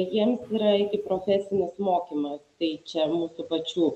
jiems yra ikiprofesinis mokymas tai čia mūsų pačių